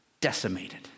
decimated